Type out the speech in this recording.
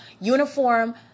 uniform